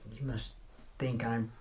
you must think i'm.